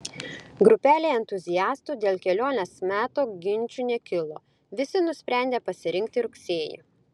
grupelei entuziastų dėl kelionės meto ginčų nekilo visi nusprendė pasirinkti rugsėjį